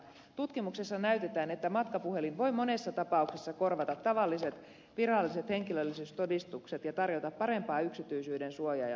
tutkimuksessa näytetään että matkapuhelin voi monessa tapauksessa korvata tavalliset viralliset henkilöllisyystodistukset ja tarjota parempaa yksityisyydensuojaa ja turvallisuutta